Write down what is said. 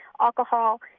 alcohol